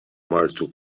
martu